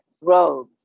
robe